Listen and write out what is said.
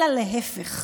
אלא להפך,